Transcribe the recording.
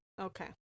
Okay